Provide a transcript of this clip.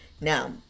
now